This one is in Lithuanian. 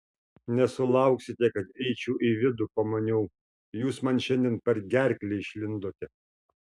nesulauksite kad eičiau į vidų pamaniau jūs man šiandien per gerklę išlindote